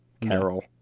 Carol